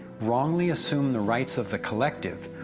wrongly assume, the rights of the collective,